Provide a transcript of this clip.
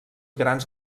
grans